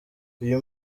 uyu